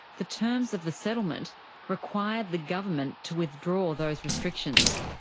the terms of the settlement required the government to withdraw those restrictions.